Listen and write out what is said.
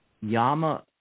Yama